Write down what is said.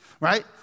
right